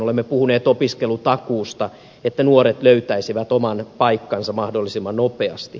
olemme puhuneet opiskelutakuusta että nuoret löytäisivät oman paikkansa mahdollisimman nopeasti